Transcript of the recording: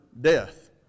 death